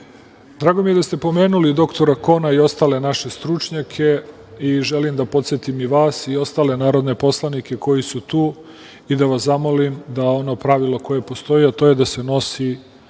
mi je da ste pomenuli dr Kona i ostale naše stručnjake i želim da podsetim i vas i ostale narodne poslanike, koji su tu, i da vas zamolim za ono pravilo koje postoje, a to je da se novi